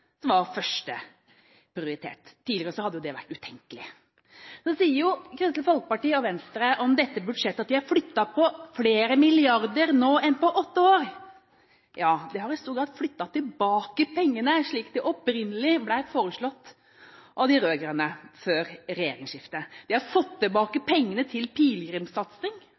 Nå var det regjeringsskifte uansett som var førsteprioritet – tidligere hadde det vært utenkelig. Nå sier Kristelig Folkeparti og Venstre om dette budsjettet at de har flyttet på flere milliarder nå enn på åtte år. Ja, de har i stor grad flyttet tilbake pengene slik det opprinnelig ble foreslått av de rød-grønne før regjeringsskiftet. De har fått tilbake pengene til